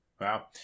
Wow